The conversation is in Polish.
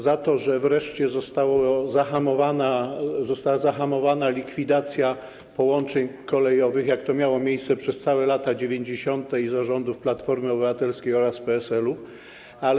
Za to, że wreszcie została zahamowana likwidacja połączeń kolejowych, jak to miało miejsce przez całe lata 90. i za rządów Platformy Obywatelskiej oraz PSL-u.